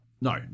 No